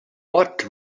what